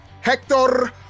Hector